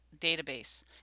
Database